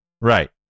Right